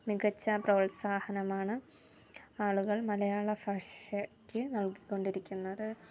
മികച്ച പ്രോത്സാഹനമാണ് ആളുകൾ മലയാളഭാഷയ്ക്ക് നൽകിക്കൊണ്ടിരിക്കുന്നത്